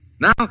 Now